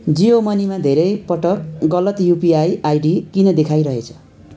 जियो मनीमा धेरैपटक गलत युपिआई आइडी किन देखाइरहेछ